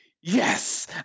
yes